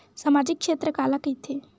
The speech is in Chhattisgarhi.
सामजिक क्षेत्र काला कइथे?